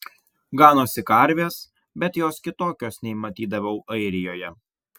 ganosi karvės bet jos kitokios nei matydavau airijoje